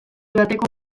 bateko